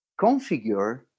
configure